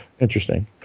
interesting